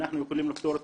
אנחנו יכולים לפתור אותן.